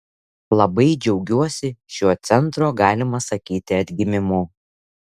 labai džiaugiuosi šiuo centro galima sakyti atgimimu